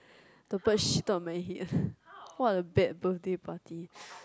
the bird shitted on my head what a bad birthday party